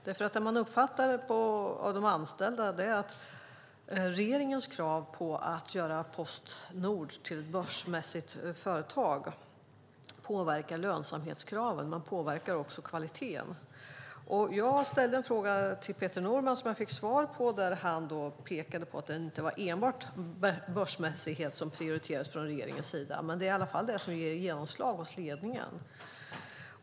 Det man uppfattade av de anställda var att regeringens krav på att göra Post Nord till ett börsmässigt företag påverkar lönsamhetskraven och kvaliteten. Jag ställde en fråga till Peter Norman om detta. I svaret pekade han på att det inte är enbart börsmässighet som prioriteras från regeringens sida. Men det är i alla fall det som ger genomslag hos ledningen.